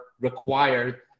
required